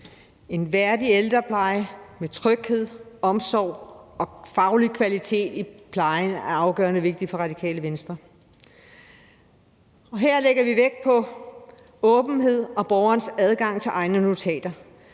En værdig ældrepleje med tryghed, omsorg og faglig kvalitet i plejen er afgørende vigtigt for Radikale Venstre. Vi lægger vægt på åbenhed og borgerens adgang til egne journaler